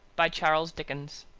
by charles dickens